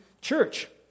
church